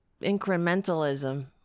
incrementalism